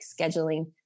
scheduling